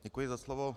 Děkuji za slovo.